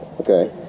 Okay